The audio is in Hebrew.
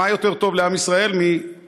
מה יותר טוב לעם ישראל מרבנים?